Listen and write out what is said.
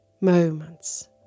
moments